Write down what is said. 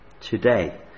Today